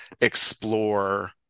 explore